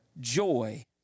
joy